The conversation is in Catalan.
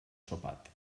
sopat